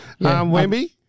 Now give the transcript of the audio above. Wemby